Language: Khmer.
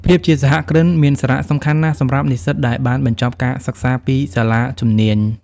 ភាពជាសហគ្រិន មានសារៈសំខាន់ណាស់សម្រាប់និស្សិតដែលបានបញ្ចប់ការសិក្សាពីសាលាជំនាញ។